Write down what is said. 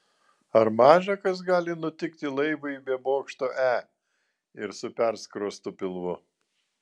ar maža kas gali nutikti laivui be bokšto e ir su perskrostu pilvu